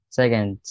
Second